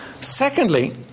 Secondly